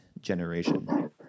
generation